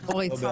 תודה.